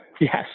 Yes